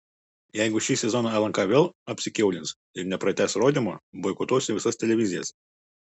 jeigu šį sezoną lnk vėl apsikiaulins ir nepratęs rodymo boikotuosiu visas televizijas